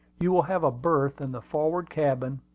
you will have a berth in the forward cabin,